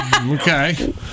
Okay